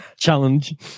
Challenge